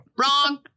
Wrong